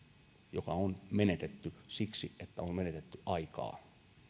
joka on menetetty siksi että on menetetty aikaa on ihan yhtä arvokas